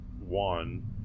One